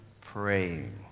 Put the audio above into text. praying